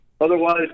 otherwise